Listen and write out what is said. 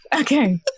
Okay